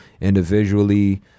individually